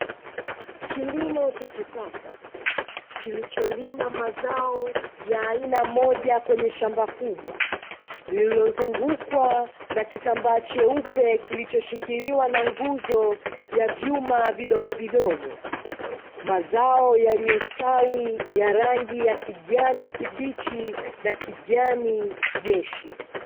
Kilimo cha kisasa, kilicholima mazao ya aina moja kwenye shamba kubwa, lililozungukwa na kitambaa cheupe kilichoshikiliwa na nguzo ya vyuma vidogodogo, mazao yaliyostawi ya rangi ya kijani kibichi na kijani jeshi.